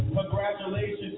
Congratulations